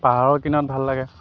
পাহাৰৰ কিনাৰত ভাল লাগে